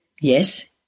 Yes